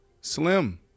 Slim